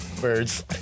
birds